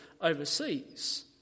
overseas